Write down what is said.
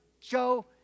Joe